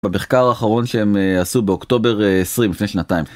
במחקר האחרון שהם עשו באוקטובר 20, לפני שנתיים.